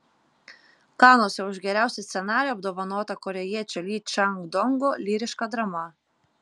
kanuose už geriausią scenarijų apdovanota korėjiečio ly čang dongo lyriška drama